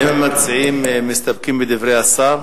האם המציעים מסתפקים בדברי השר?